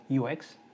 UX